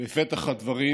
בפתח הדברים,